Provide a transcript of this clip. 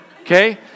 okay